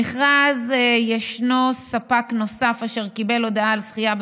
במכרז יש ספק נוסף אשר קיבל הודעה על זכייה,